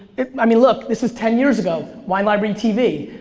i mean look this is ten years ago, wine library tv.